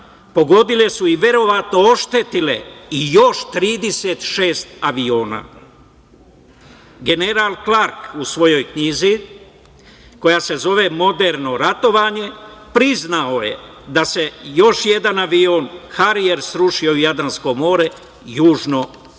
pogodile su i verovatno oštetile i još 36 aviona. General Klark u svojoj knjizi koja se zove „Moderno ratovanje“ priznao je da se još jedan avion Harijer srušio u Jadransko more južno od